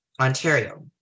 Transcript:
Ontario